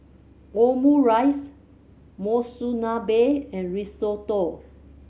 Omurice Monsunabe and Risotto